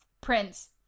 Prince